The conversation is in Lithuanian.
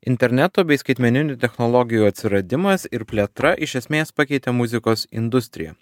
interneto bei skaitmeninių technologijų atsiradimas ir plėtra iš esmės pakeitė muzikos industriją